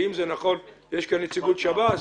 נציגות שב"ס,